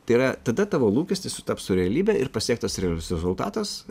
tai yra tada tavo lūkestis sutaps su realybe ir pasiektas re rezultatas